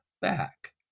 back